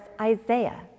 Isaiah